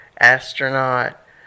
astronaut